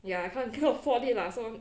ya can't cannot afford it so